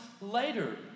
later